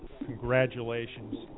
congratulations